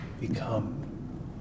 become